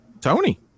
Tony